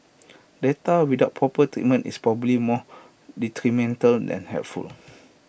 data without proper treatment is probably more detrimental than helpful